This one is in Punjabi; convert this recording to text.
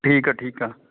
ਠੀਕ ਆ ਠੀਕ ਆ